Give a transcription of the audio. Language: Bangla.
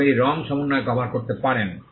এবং এটি রঙ সমন্বয় কভার করতে পারেন